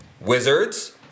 Wizards